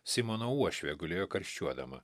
simono uošvė gulėjo karščiuodama